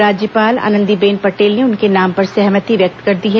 राज्यपाल आनंदीबेन पटेल ने उनके नाम पर सहमति व्यक्त कर दी है